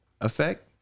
Effect